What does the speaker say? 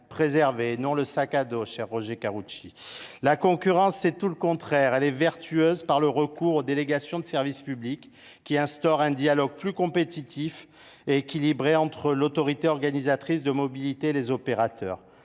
Roger Karoutchi, le « sac à dos social »!– préservées. La concurrence, c’est tout le contraire. Elle est vertueuse par le recours aux délégations de service public, qui instaurent un dialogue plus compétitif et équilibré entre l’autorité organisatrice de la mobilité et les opérateurs.